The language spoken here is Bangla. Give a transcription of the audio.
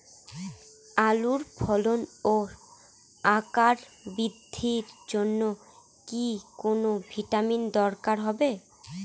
আলুর ফলন ও আকার বৃদ্ধির জন্য কি কোনো ভিটামিন দরকার হবে?